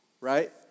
right